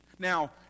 Now